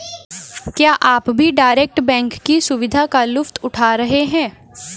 क्या आप भी डायरेक्ट बैंक की सुविधा का लुफ्त उठा रहे हैं?